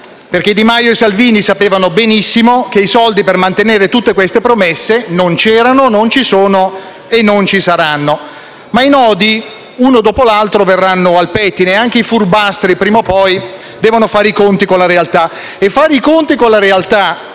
perché Di Maio e Salvini sapevano benissimo che i soldi per mantenere tutte queste promesse non c'erano, non ci sono e non ci saranno. I nodi però, uno dopo l'altro, verranno al pettine; anche i furbastri prima o poi devono fare i conti con la realtà e fare i conti con la realtà